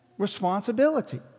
responsibility